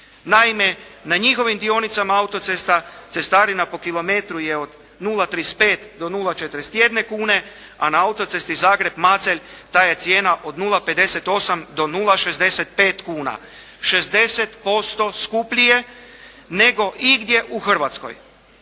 Naime, na njihovim dionicama autocesta cestarina po kilometru je od 0,35 do 0,41 kune a na autocesti Zagreb-Macelj ta je cijena od 0,58 do 0,65 kuna. 60% skuplje nego igdje u Hrvatskoj.